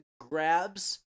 grabs